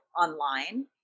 online